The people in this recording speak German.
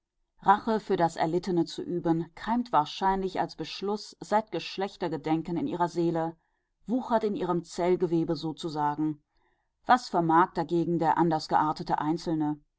rache für das erlittene zu üben keimt wahrscheinlich als beschluß seit geschlechtergedenken in ihrer seele wuchert in ihrem zellgewebe sozusagen was vermag dagegen der andersgeartete einzelne